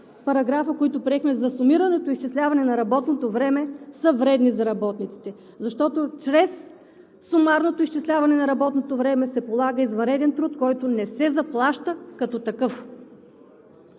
параграфа, които приехме за сумирането и изчисляване на работното време, са вредни за работниците. Защото чрез сумарното изчисляване на работното време се полага извънреден труд, който не се заплаща като такъв.